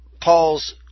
Paul's